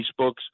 Facebook's